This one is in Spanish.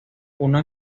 una